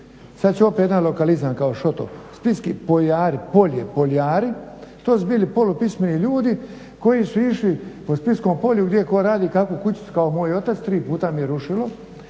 Sad ću opet jedan lokalizam kao Šotov splitski … /Govornik se ne razumije./… To su bili polupismeni ljudi koji su išli po splitskom polju gdje tko radi kakvu kućicu, kao moj otac, tri puta mi je rušilo,